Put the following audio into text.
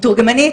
מתורגמנית